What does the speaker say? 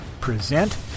present